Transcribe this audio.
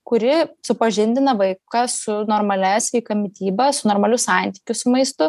kuri supažindina vaiką su normalia sveika mityba su normaliu santykiu su maistu